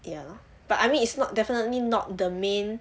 ya lor but I mean it's not definitely not the main